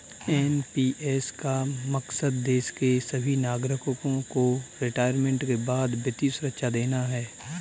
NPS का मकसद देश के सभी नागरिकों को रिटायरमेंट के बाद वित्तीय सुरक्षा देना है